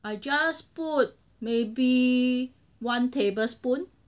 I just put maybe one tablespoon